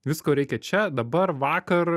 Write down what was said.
visko reikia čia dabar vakar